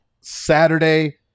Saturday